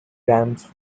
grams